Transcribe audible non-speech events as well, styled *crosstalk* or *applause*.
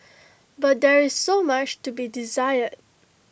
*noise* but there is so much to be desired